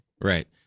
Right